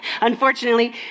Unfortunately